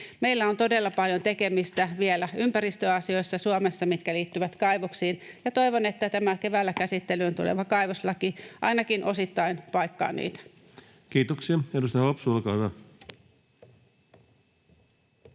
Meillä on vielä todella paljon tekemistä Suomessa ympäristöasioissa, jotka liittyvät kaivoksiin, ja toivon, että tämä keväällä käsittelyyn tuleva kaivoslaki ainakin osittain paikkaa niitä. Kiitoksia. — Edustaja Hopsu, olkaa hyvä.